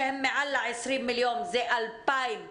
שהם מעל ה-20 מיליון, זה 2,000 ארגונים.